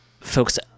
folks